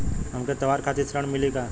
हमके त्योहार खातिर ऋण मिली का?